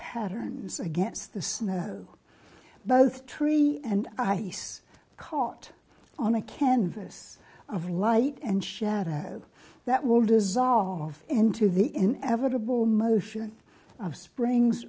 patterns against the snow both tree and ice caught on a canvas of light and shadow that will dissolve into the inevitable motion of spring's